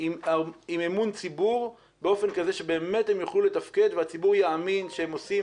עם אמון ציבור באופן כזה שבאמת הם יוכלו לתפקד והציבור יאמין שהם עושים,